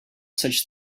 such